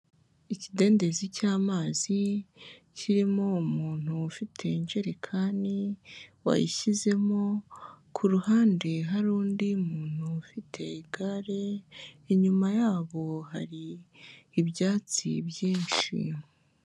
Ikidendezi cy'amazi kirimo umuntu ufite injerekani wayishyizemo, ku ruhande hari undi muntu ufite igare, inyuma yabo hari ibyatsi byinshi.